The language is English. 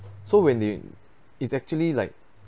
so when they it's actually like